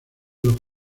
los